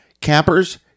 campers